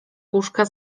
puszka